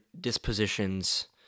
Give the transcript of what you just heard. dispositions